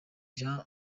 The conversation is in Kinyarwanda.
jean